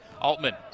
Altman